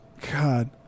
God